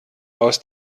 aus